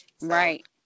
Right